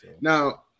Now